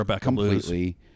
completely